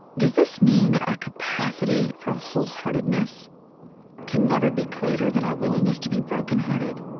does this mean that our capacity for wholeheartedness can never be greater than our willingness to be broken-hearted?